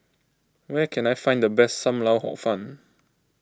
where can I find the best Sam Lau Hor Fun